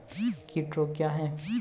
कीट रोग क्या है?